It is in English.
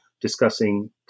discussing